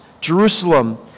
Jerusalem